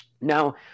Now